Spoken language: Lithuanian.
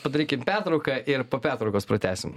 padarykim pertrauką ir po pertraukos pratęsim